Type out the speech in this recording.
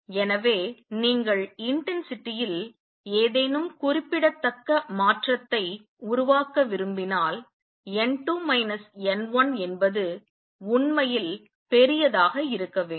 எனவே நீங்கள் intensityல் ஏதேனும் குறிப்பிடத்தக்க மாற்றத்தை உருவாக்க விரும்பினால் என்பது உண்மையில் பெரியதாக இருக்க வேண்டும்